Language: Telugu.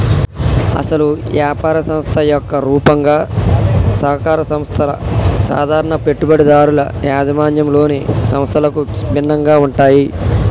అసలు యాపార సంస్థ యొక్క రూపంగా సహకార సంస్థల సాధారణ పెట్టుబడిదారుల యాజమాన్యంలోని సంస్థలకు భిన్నంగా ఉంటాయి